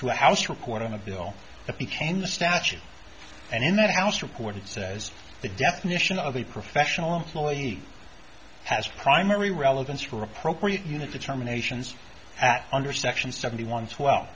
a house report on a bill that became the statute and in that house report he said as the definition of a professional employee has primary relevance or appropriate unit determinations under section seventy once well